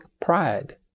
pride